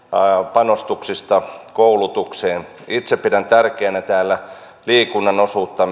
panostuksista koulutukseen itse pidän tärkeänä täällä liikunnan osuutta